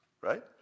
right